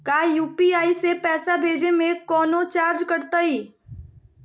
का यू.पी.आई से पैसा भेजे में कौनो चार्ज कटतई?